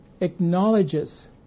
acknowledges